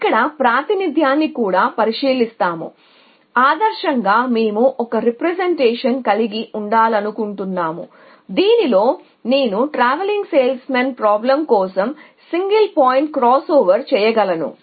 కాబట్టి ఇక్కడ ప్రాతినిధ్యాన్ని కూడా పరిశీలిస్తాము ఆదర్శంగా మేము ఒక రీప్రెజెంటేషన్ కలిగి ఉండాలనుకుంటున్నాము దీనిలో నేను TSP కోసం సింగిల్ పాయింట్ క్రాస్ ఓవర్ చేయగలను